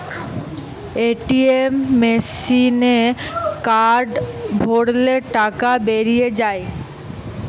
ATM মেসিনে card ভরলে টাকা বেরিয়ে যায়